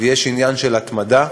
ויש עניין של התמדה.